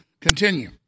Continue